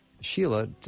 Sheila